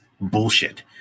bullshit